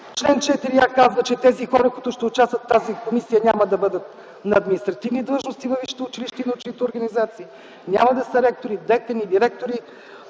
чл. 4а казва, че тези хора, които ще участват в тази комисия, няма да бъдат на административни длъжности във висшите училища и научните организации, няма да са ректори, декани и директори